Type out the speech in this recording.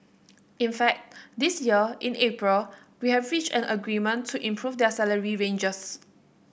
in fact this year in April we have reached an agreement to improve their salary ranges